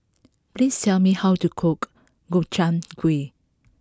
please tell me how to cook Gobchang Gui